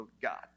God